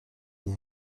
nih